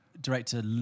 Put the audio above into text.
director